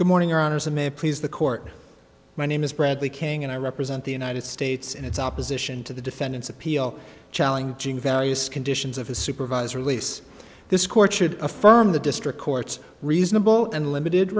good morning honors in may please the court my name is bradley king and i represent the united states in its opposition to the defendant's appeal challenging values conditions of his supervisor lease this court should affirm the district court's reasonable and limited